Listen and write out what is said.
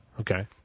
Okay